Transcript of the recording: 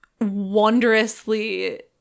wondrously